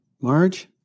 Marge